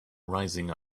rising